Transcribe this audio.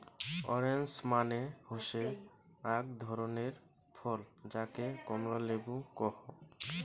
orange মানে হসে আক ধরণের ফল যাকে কমলা লেবু কহু